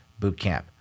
bootcamp